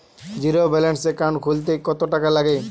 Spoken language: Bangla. জীরো ব্যালান্স একাউন্ট খুলতে কত টাকা লাগে?